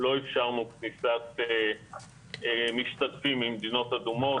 לא אפשרנו כניסת משתתפים ממדינות אדומות